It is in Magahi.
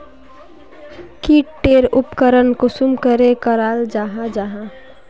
की टेर उपकरण कुंसम करे कराल जाहा जाहा?